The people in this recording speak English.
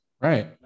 Right